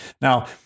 Now